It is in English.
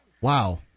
Wow